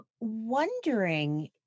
wondering